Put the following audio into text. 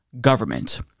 government